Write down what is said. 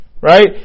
Right